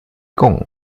gong